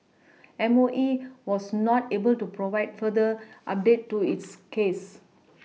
M O E was not able to provide further update to it's case